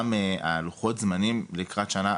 גם לוחות הזמנים לקראת השנה,